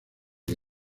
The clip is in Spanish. que